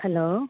hello